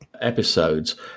episodes